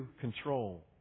control